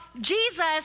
Jesus